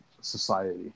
society